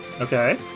Okay